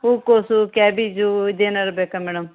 ಹೂಕೋಸು ಕ್ಯಾಬೇಜು ಇದು ಏನಾದ್ರು ಬೇಕಾ ಮೇಡಮ್